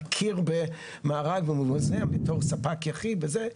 להקים במארג ובמוזיאון בתור ספק יחיד וזה,